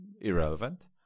irrelevant